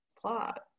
plot